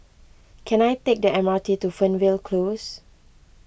can I take the M R T to Fernvale Close